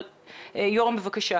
יורם, בבקשה.